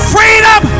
Freedom